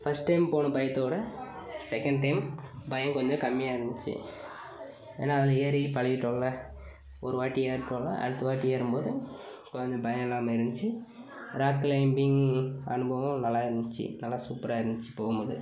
first time போன பயத்தோட second time பயம் கொஞ்சம் கம்மியாக இருந்துச்சு ஏன்னா அதில் ஏறி பழகிட்டோம்ல ஒரு வாட்டி ஏறிட்டோனால் அடுத்த வாட்டி ஏறும்போது கொஞ்சம் பயம் இல்லாமல் இருந்துச்சி ராக் க்ளைம்பிங் அனுபவம் நல்லாருந்துச்சி நல்லா சூப்பரா இருந்துச்சி போகும்போது